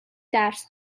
درس